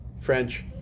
French